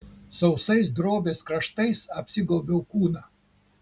sausais drobės kraštais apsigaubiau kūną